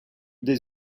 des